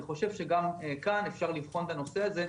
אני חושב שגם כאן אפשר לבחון את הנושא הזה.